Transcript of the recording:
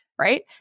Right